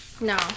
No